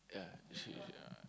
yeah she she yeah